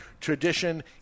tradition